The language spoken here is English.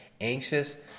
anxious